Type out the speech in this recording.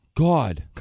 God